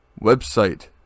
website